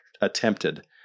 attempted